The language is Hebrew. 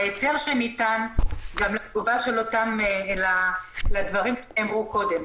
וגם לדברים שנאמרו קודם.